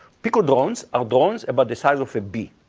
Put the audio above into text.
pico drones are drones about the size of a bee.